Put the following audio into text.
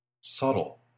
Subtle